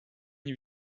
une